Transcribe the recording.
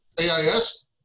AIS